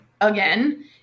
again